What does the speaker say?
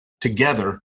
together